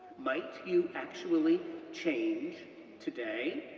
might you actually change today,